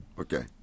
Okay